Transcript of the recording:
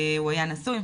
הוא היה נשוי,